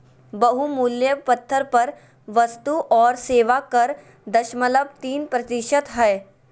बहुमूल्य पत्थर पर वस्तु और सेवा कर दशमलव तीन प्रतिशत हय